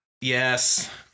yes